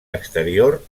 exterior